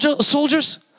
soldiers